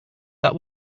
that